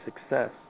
success